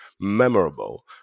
memorable